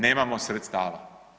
Nemamo sredstava.